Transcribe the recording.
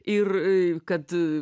ir a kad